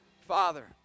father